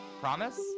Promise